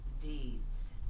deeds